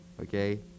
okay